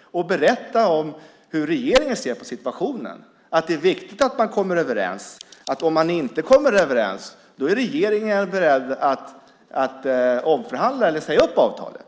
och berätta om hur regeringen ser på situationen, nämligen att det är viktigt att man kommer överens och att om man inte kommer överens är regeringen beredd att omförhandla eller säga upp avtalet.